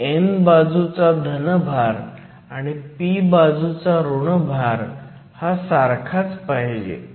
म्हणजे n बाजूचा धन भार आणि p बाजूचा ऋण भार हा सारखाच पाहिजे